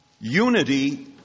unity